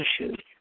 issues